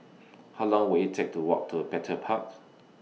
How Long Will IT Take to Walk to Petir Park